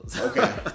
Okay